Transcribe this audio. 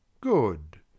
Good